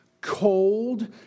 cold